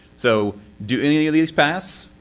so do any any of these pass?